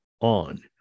on